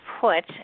put